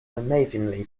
amazingly